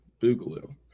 boogaloo